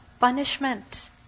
punishment